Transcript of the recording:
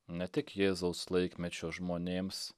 ne tik jėzaus laikmečio žmonėms